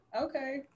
okay